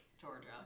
Georgia